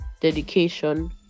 dedication